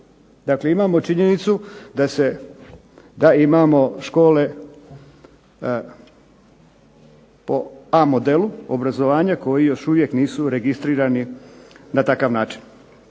Dakle, imamo činjenicu da imamo škole po A modelu obrazovanja koji još uvijek nisu registrirani na takav način.